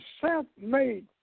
self-made